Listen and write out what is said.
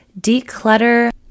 declutter